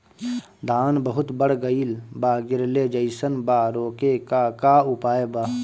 धान बहुत बढ़ गईल बा गिरले जईसन बा रोके क का उपाय बा?